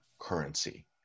currency